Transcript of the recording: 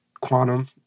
quantum